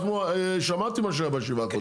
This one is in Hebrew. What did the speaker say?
אנחנו, שמעתי מה שהיה בישיבה הקודמת.